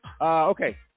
okay